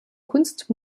kunst